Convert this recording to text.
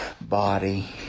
body